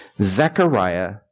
Zechariah